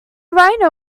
rhino